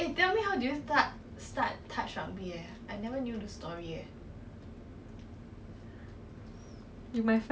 so err started from poly like I was in P_F_P lah